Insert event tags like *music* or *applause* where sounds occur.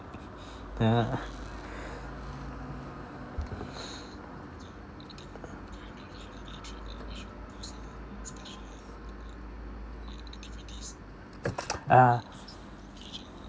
then uh *breath* *noise* a'ah